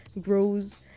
grows